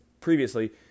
previously